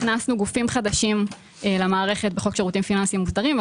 הכנסנו גופים חדשים למערכת בחוק שירותים פיננסיים מוסדרים.